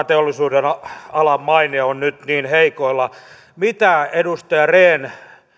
teollisuudenalan maine on nyt niin heikoilla mitä edustaja rehn